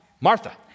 Martha